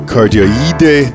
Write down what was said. Cardioide